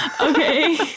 Okay